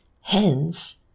Hence